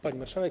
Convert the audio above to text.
Pani Marszałek!